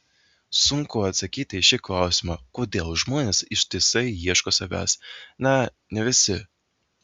sunku atsakyti į šį klausimą kodėl žmonės ištisai ieško savęs na ne visi